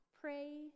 pray